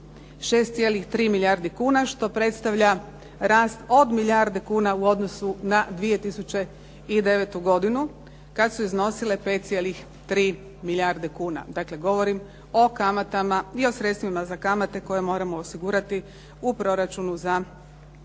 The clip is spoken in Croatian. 6,3 milijardi kuna što predstavlja rast od milijarde kuna u odnosu na 2009. godinu, kad su iznosile 5,3 milijarde kuna. Dakle govorim o kamatama i o sredstvima za kamate koje moramo osigurati u proračunu za 2010.